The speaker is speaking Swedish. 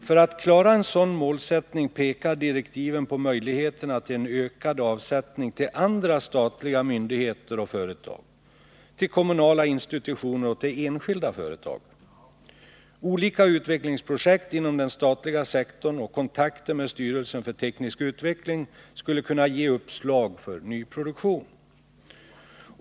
För att klara en sådan målsättning pekar direktiven på möjligheterna till en ökad avsättning till andra statliga myndigheter och företag, till kommunala institutioner och till enskilda företag. Olika utvecklingsprojekt inom den statliga sektorn och kontakter med styrelsen för teknisk utveckling skulle kunna ge uppslag för ny produktion.